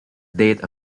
date